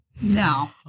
No